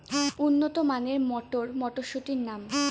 উন্নত মানের মটর মটরশুটির নাম?